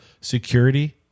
security